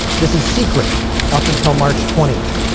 this is secret up until march twentieth.